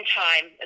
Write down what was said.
time